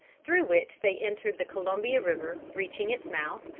through which they entered the columbia river, reaching its mouth,